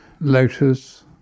Lotus